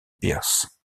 pierce